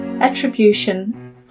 Attribution